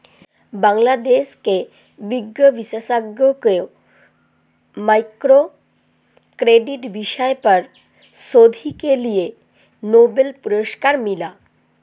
बांग्लादेश के वित्त विशेषज्ञ को माइक्रो क्रेडिट विषय पर शोध के लिए नोबेल पुरस्कार मिला